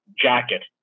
jacket